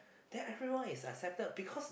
then everyone is accepted because